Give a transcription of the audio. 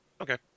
Okay